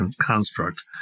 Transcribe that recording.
construct